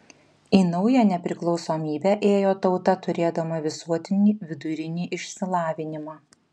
į naują nepriklausomybę ėjo tauta turėdama visuotinį vidurinį išsilavinimą